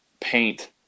paint